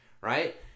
right